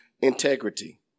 integrity